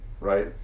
right